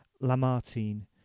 Lamartine